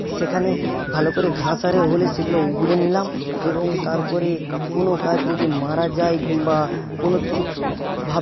সেখানে ভালো করে ঘাস আরে হলে সেগুলো উপড়ে নিলাম এবং তারপরে কোন গাছ যদি মারা যায় কিংবা কোন কিছুভাবে